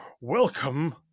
Welcome